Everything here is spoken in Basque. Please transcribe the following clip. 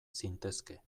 zintezke